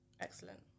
excellent